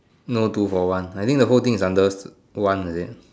no two for one I think the whole thing is under one is it